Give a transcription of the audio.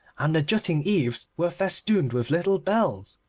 and the jutting eaves were festooned with little bells.